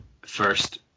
first